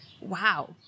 wow